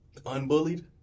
unbullied